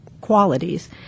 qualities